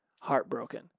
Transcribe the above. heartbroken